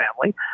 family